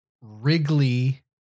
Wrigley